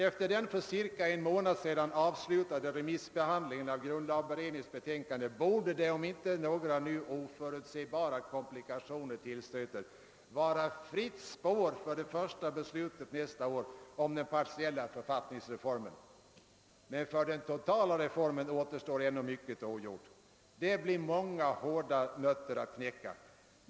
Efter den för cirka en månad sedan avslutade remissbehandlingen av grundlagberedningens betänkande torde det, om inte några oförutsebara komplikationer tillstöter, vara fritt spår för det första beslutet nästa år om den partiella författningsreformen. Men för den totala reformen återstår ännu mycket att göra. Det blir många hårda nötter att knäcka.